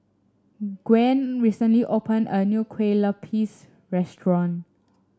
Gwyn recently opened a new Kue Lupis restaurant